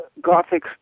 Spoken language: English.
gothic